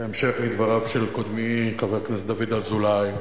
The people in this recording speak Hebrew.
בהמשך לדבריו של קודמי, חבר הכנסת דוד אזולאי,